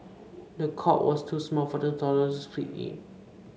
the cot was too small for the toddler to sleep in